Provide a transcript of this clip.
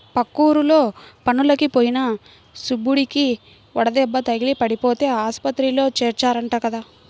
పక్కూర్లో పనులకి పోయిన సుబ్బడికి వడదెబ్బ తగిలి పడిపోతే ఆస్పత్రిలో చేర్చారంట కదా